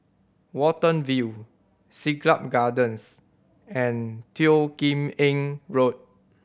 Watten View Siglap Gardens and Teo Kim Eng Road